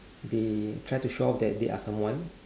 they try to show off that they are someone